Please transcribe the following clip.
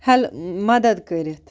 ہیٚل مَدَد کٔرِتھ